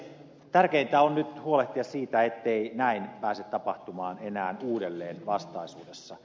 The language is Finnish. tärkeintä on nyt huolehtia siitä ettei näin pääse tapahtumaan enää uudelleen vastaisuudessa